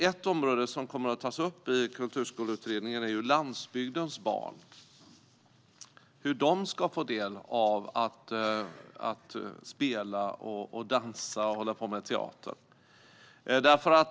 Ett område som kommer att tas upp i Kulturskoleutredningen är hur landsbygdens barn ska få del av att spela och dansa och hålla på med teater.